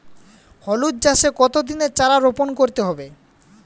হলুদ চাষে কত দিনের চারা রোপন করতে হবে?